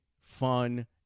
fun